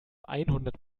einhundert